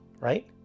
right